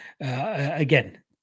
Again